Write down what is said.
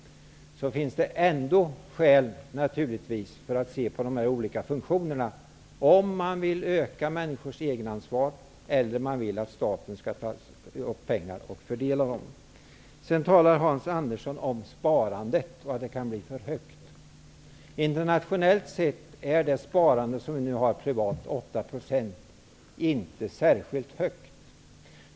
Oavsett om man vill öka människors egenansvar eller om man vill att staten skall fördela pengarna, finns det naturligtvis ändå skäl att se på de olika funktionerna. Hans Andersson talar om att sparandet kan bli för högt. Internationellt sett är det privata sparandet, 8 %, inte särskilt högt.